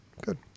Good